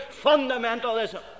fundamentalism